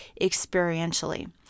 experientially